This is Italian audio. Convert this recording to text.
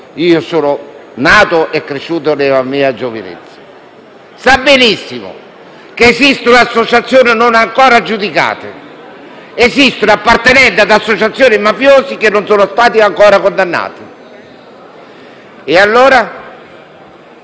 io sono nato e sono cresciuto nella mia giovinezza, sa benissimo che esistono associazioni non ancora giudicate ed esistono appartenenti ad associazioni mafiose che non sono stati ancora condannati. E allora?